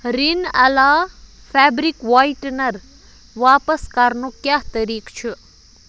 رِن آلا fabric whitener واپس کَرنُک کیٛاہ طریٖقہٕ چھُ